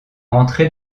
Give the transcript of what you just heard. entrer